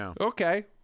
okay